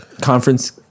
conference